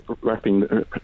Wrapping